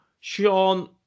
Sean